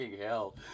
hell